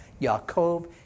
Yaakov